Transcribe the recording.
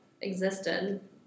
existed